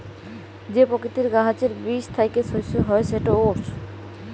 যে পকিতির গাহাচের বীজ থ্যাইকে শস্য হ্যয় সেট ওটস